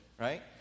right